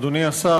אדוני השר,